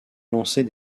lancer